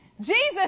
Jesus